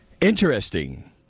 Interesting